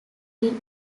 will